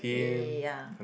ya